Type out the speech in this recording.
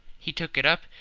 he took it up,